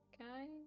okay